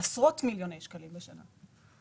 עשרות מיליוני שקלים לשנה.